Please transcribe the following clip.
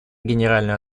генеральную